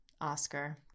oscar